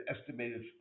estimated